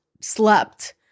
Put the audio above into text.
slept